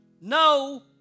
No